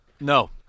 No